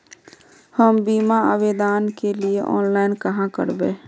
हम बीमा आवेदान के लिए ऑनलाइन कहाँ करबे?